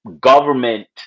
government